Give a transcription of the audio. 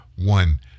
one